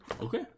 Okay